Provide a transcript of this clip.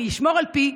אני אשמור על פי,